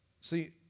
See